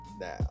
now